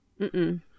Mm-mm